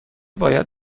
باید